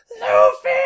Luffy